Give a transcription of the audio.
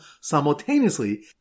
simultaneously